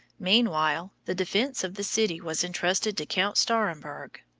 meanwhile the defence of the city was intrusted to count stahremberg.